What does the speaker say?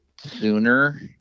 sooner